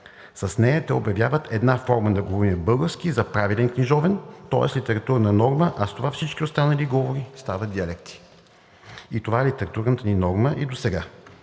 С нея те обявяват една форма на говорим български за правилен книжовен, тоест за литературна норма, а с това всички останали говори стават диалекти. И това е литературната ни норма и досега.